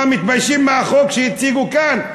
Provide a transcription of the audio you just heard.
מה, מתביישים בחוק שהציגו כאן?